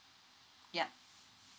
yup